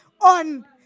on